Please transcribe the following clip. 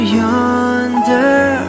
yonder